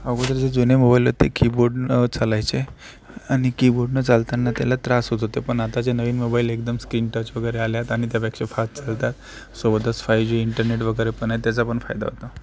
अगोदर जे जुने मोबाईल ते कीबोर्डनं चालायचे आणि कीबोर्डनं चालताना त्याला त्रास होत होते पण आता जे नवीन मोबाईल एकदम स्क्रीन टच वगैरे आले आहेत आणि त्यापेक्षा फास्ट चालतात सोबतच फाय जी इंटरनेट वगैरे आहे त्याचा पण फायदा होतो